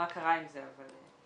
קרה עם זה, אבל --- לאה,